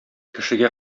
кешегә